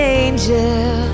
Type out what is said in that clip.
angel